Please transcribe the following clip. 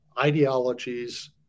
ideologies